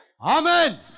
Amen